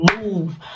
move